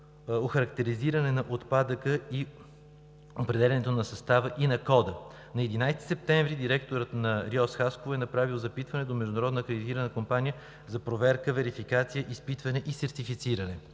охарактеризиране на отпадъка и определянето на състава и кода. На 11 септември 2019 г. директорът на РИОСВ – Хасково, е направил запитване до международна акредитирана компания за проверка, верификация, изпитване и сертифициране.